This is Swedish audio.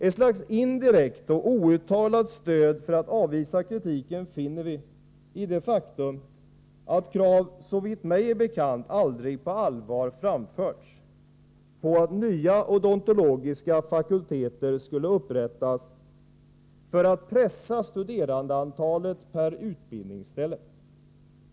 Ett slags indirekt och outtalat stöd för att avvisa kritiken finner vi i det faktum att krav såvitt mig är bekant aldrig på allvar framförts på att nya odontologiska fakulteter skulle upprättas för att minska studerandeantalet per utbildningsställe.